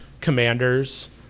Commanders